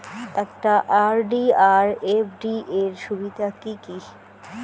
একটা আর.ডি আর এফ.ডি এর সুবিধা কি কি?